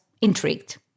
intrigued